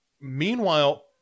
meanwhile